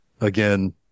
again